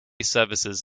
services